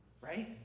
right